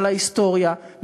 על ההיסטוריה,